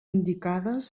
indicades